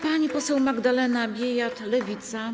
Pani poseł Magdalena Biejat, Lewica.